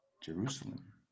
Jerusalem